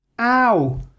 Ow